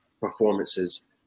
performances